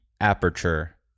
Aperture